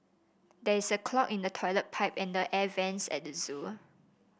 there is a clog in the toilet pipe and the air vents at the zoo